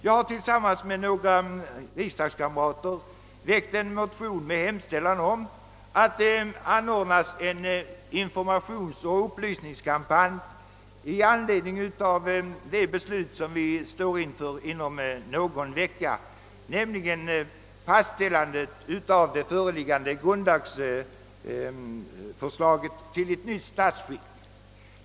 Jag har tillsammans med några riksdagskamrater väckt en motion med hemställan om att det anordnas en informationsoch upplysningskampanj med anledning av det beslut som riksdagen kommer att fatta om någon vecka, nämligen om fastställande av det vilande grundlagsförslaget beträffande nytt statsskick.